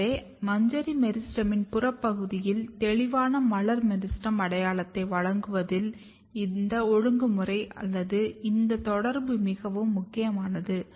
எனவே மஞ்சரி மெரிஸ்டெமின் புறப் பகுதியில் தெளிவான மலர் மெரிஸ்டெம் அடையாளத்தை வழங்குவதில் இந்த ஒழுங்குமுறை அல்லது இந்த தொடர்பு மிகவும் முக்கியமானது